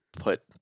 put